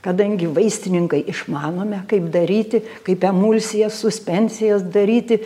kadangi vaistininkai išmanome kaip daryti kaip emulsijas suspensijas daryti